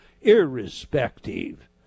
irrespective